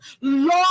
Lord